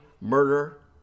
murder